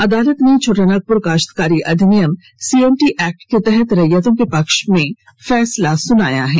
अदालत ने छोटानागपुर काश्तकारी अधिनियम सीएनटी एक्ट के तहत रैयतों के पक्ष में फैसला सुनाया है